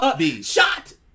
shot